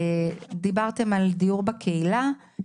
דיברתם על דיור בקהילה,